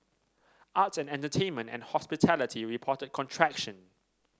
arts and entertainment and hospitality reported contraction